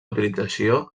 utilització